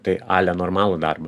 tai ale normalų darbą